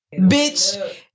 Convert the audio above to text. bitch